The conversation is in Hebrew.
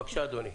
בבקשה, אדוני.